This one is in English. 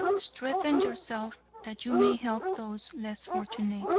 strengthen yourself that you may help those less fortunate.